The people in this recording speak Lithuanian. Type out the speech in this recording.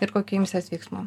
ir kokių imsies veiksmų